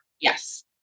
Yes